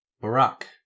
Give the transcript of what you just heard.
barak